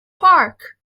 park